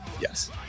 Yes